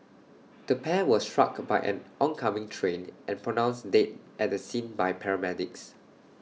the pair were struck by an oncoming train and pronounced dead at the scene by paramedics